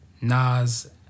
Nas